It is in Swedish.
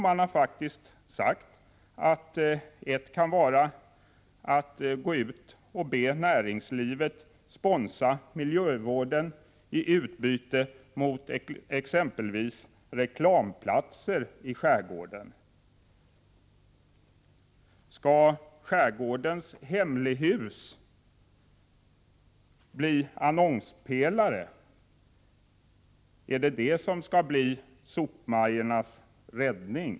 Man har sagt att ett alternativ faktiskt kan vara att gå ut och be näringslivet sponsra miljövården i utbyte mot exempelvis reklamplatser i skärgården. Skall skärgårdens hemlighus bli annonspelare? Är det det som skall bli sopmajornas räddning?